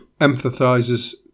emphasizes